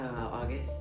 August